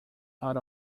out